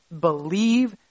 believe